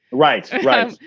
right. right.